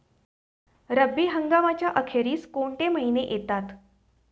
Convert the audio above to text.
रब्बी हंगामाच्या अखेरीस कोणते महिने येतात?